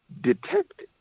detect